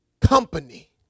company